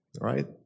Right